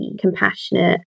compassionate